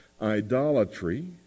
idolatry